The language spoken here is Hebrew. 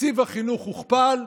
תקציב החינוך הוכפל.